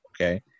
okay